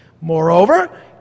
Moreover